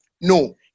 No